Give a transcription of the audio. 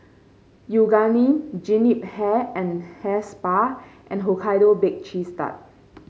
Yoogane Jean Yip Hair and Hair Spa and Hokkaido Baked Cheese Tart